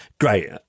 great